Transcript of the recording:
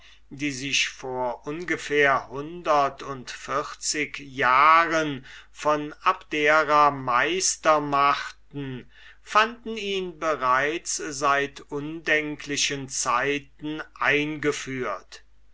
die sich vor ungefähr hundert und vierzig jahren von abdera meister machten fanden ihn bereits seit unendlicher zeiten eingeführt